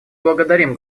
благодарим